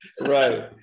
Right